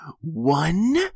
one